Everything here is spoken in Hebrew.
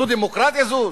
זו דמוקרטיה זו?